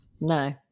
No